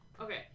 Okay